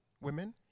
women